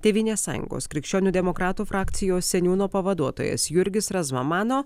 tėvynės sąjungos krikščionių demokratų frakcijos seniūno pavaduotojas jurgis razma mano